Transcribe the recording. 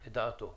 את דעתו.